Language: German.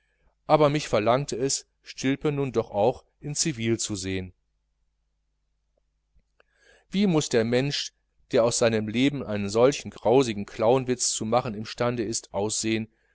aber mich verlangte es stilpe nun auch in civil zu sehen wie muß der mensch der aus seinem leben einen solchen grausigen clownwitz zu machen im stande ist aussehen